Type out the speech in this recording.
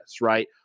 right